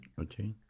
Okay